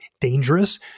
dangerous